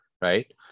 right